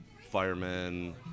firemen